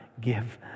give